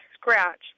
scratch